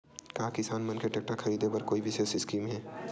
का किसान मन के टेक्टर ख़रीदे बर कोई विशेष स्कीम हे?